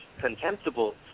contemptible